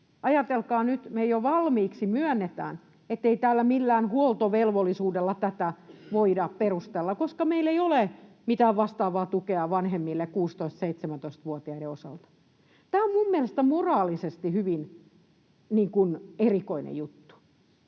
Ajatelkaa nyt, me jo valmiiksi myönnetään, ettei millään huoltovelvollisuudella tätä voida perustella, koska meillä ei ole mitään vastaavaa tukea vanhemmille 16—17-vuotiaiden osalta. Tämä on minun mielestäni moraalisesti hyvin erikoinen juttu.